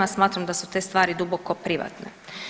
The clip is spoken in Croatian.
Smatram da su te stvari duboko privatne.